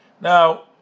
Now